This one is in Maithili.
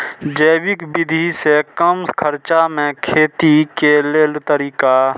जैविक विधि से कम खर्चा में खेती के लेल तरीका?